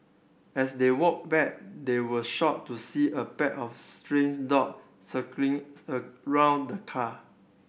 as they walked back they were shocked to see a pack of strains dog circling around the car